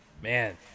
Man